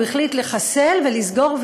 הוא החליט לחסל ולסגור,